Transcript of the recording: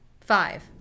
five